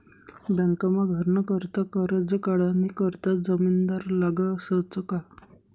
बँकमा घरनं करता करजं काढानी करता जामिनदार लागसच का